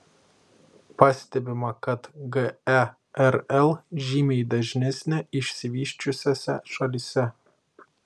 pastebima kad gerl žymiai dažnesnė išsivysčiusiose šalyse